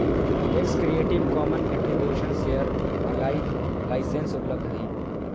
text Creative Commons attribution share alike licence उपलब्ध हइ